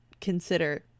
consider